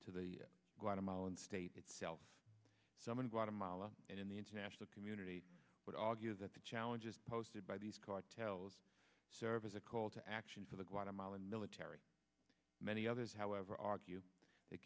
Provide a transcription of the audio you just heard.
to the guatemalan state itself someone guatemala and in the international community would argue that the challenges posted by these cartels serve as a call to action for the guatemalan military many others however argue that